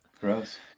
Gross